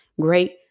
great